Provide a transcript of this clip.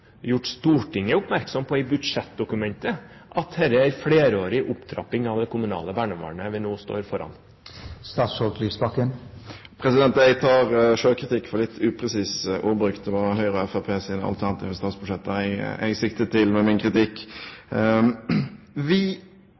gjort Stortinget oppmerksom på i budsjettdokumentet at det er en flerårig opptrapping av det kommunale barnevernet vi nå står foran? Jeg tar selvkritikk for litt upresis ordbruk. Det var Høyres og Fremskrittspartiets alternative statsbudsjetter jeg siktet til med min kritikk. Vi